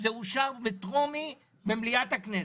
שזה אושר בטרומית במליאת הכנסת.